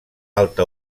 alta